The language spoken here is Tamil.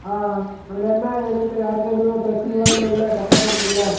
ஆ அங்கே என்ன எதுக்கு யாருக்கும் எதுவும் பிரச்சனைலாம் இல்லைல கரெக்டாக போயிட்டுருக்குல்ல